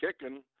kicking